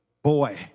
Boy